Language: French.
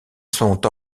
sont